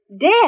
Dead